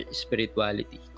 spirituality